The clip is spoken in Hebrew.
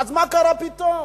אז מה קרה פתאום?